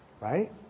Right